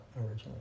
originally